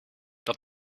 dat